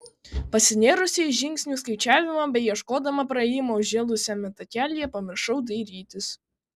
pasinėrusi į žingsnių skaičiavimą bei ieškodama praėjimo užžėlusiame takelyje pamiršau dairytis